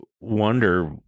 wonder